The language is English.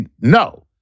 No